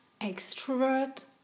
extrovert